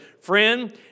Friend